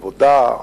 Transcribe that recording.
העבודה,